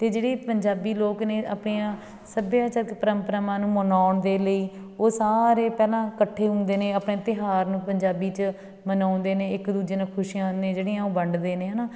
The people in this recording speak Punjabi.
ਅਤੇ ਜਿਹੜੇ ਪੰਜਾਬੀ ਲੋਕ ਨੇ ਆਪਣੀਆਂ ਸੱਭਿਆਚਾਰਕ ਪਰੰਪਰਾਵਾਂ ਨੂੰ ਮਨਾਉਣ ਦੇ ਲਈ ਉਹ ਸਾਰੇ ਪਹਿਲਾਂ ਇਕੱਠੇ ਹੁੰਦੇ ਨੇ ਆਪਣੇ ਤਿਉਹਾਰ ਨੂੰ ਪੰਜਾਬੀ 'ਚ ਮਨਾਉਂਦੇ ਨੇ ਇੱਕ ਦੂਜੇ ਨਾਲ ਖੁਸ਼ੀਆਂ ਨੇ ਜਿਹੜੀਆਂ ਉਹ ਵੰਡਦੇ ਨੇ ਹੈ ਨਾ